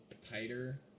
tighter